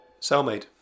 cellmate